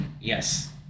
Yes